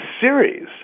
series